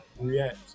react